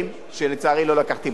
שלצערי לא לקחתי בה חלק,